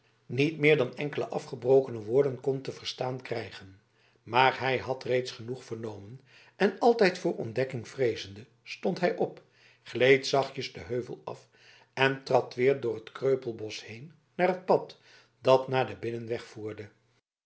niet meer dan enkele afgebrokene woorden kon te verstaan krijgen maar hij had reeds genoeg vernomen en altijd voor ontdekking vreezende stond hij op gleed zachtjes den heuvel af en trad weer door het kreupelbosch heen naar het pad dat naar den binnenweg voerde